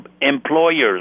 employers